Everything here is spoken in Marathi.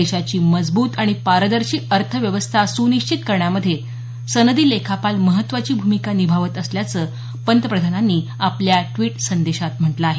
देशाची मजबूत आणि पारदर्शी अर्थव्यवस्था सुनिशिचित करण्यामध्ये सनदी लेखापाल महत्वाची भूमिका निभावत असल्याचं पंतप्रधानांनी आपल्या द्विट संदेशात म्हटल आहे